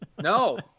No